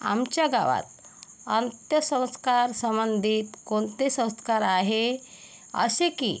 आमच्या गावात अंत्यसंस्कार संबंधित कोणते संस्कार आहे असे की